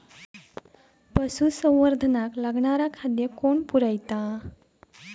पशुसंवर्धनाक लागणारा खादय कोण पुरयता?